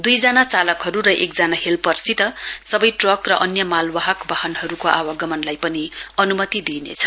दुइजना चालकहरु र एकजना हेल्परसित सवै ट्रक र अन्य मालवाहक वाहनहरुको आवगमनलाई पनि अनुमति दिइनेछ